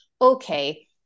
okay